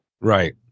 right